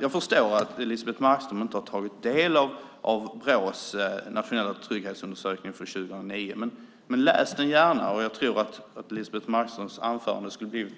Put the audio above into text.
Jag förstår att Elisebeht Markström inte har tagit del av Brås nationella trygghetsundersökning för 2009. Läs den gärna! Jag tror att Elisebeht Markströms anförande skulle ha blivit